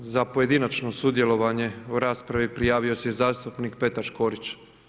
Za pojedinačno sudjelovanje u raspravi prijavio se i zastupnik Petar Škorić.